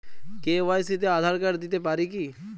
KYC তে Aadhaar card দিতে পারি কি?